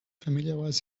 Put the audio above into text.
familiarize